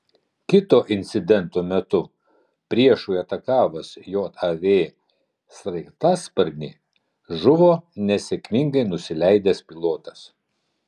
kito incidento metu priešui atakavus jav sraigtasparnį žuvo nesėkmingai nusileidęs pilotas